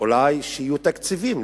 ואולי שיהיו תקציבים.